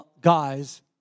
guys